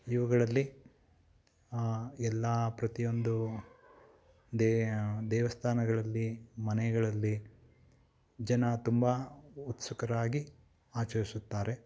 ಇವುಗಳಲ್ಲಿ ಎಲ್ಲ ಪ್ರತಿಯೊಂದು ದೇವಸ್ಥಾನಗಳಲ್ಲಿ ಮನೆಗಳಲ್ಲಿ ಜನ ತುಂಬ ಉತ್ಸುಕರಾಗಿ ಆಚರಿಸುತ್ತಾರೆ